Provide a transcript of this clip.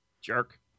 jerk